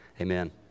Amen